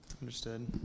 Understood